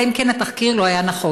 אלא אם כן התחקיר לא היה נכון.